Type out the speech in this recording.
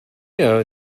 know